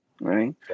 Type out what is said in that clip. Right